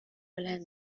بلند